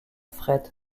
fret